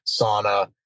sauna